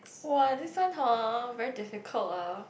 !wah! this one hor very difficult ah